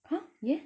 !huh! ya